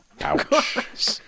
Ouch